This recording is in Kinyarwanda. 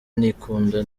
ntikunda